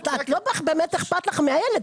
לא באמת אכפת לך מהילד.